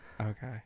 okay